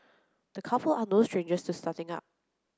the couple are no strangers to starting up